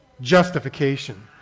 Justification